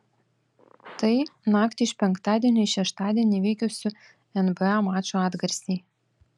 tai naktį iš penktadienio į šeštadienį vykusių nba mačų atgarsiai